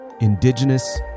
Indigenous